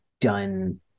done